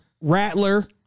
Rattler